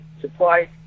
supplied